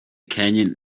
canyon